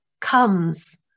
comes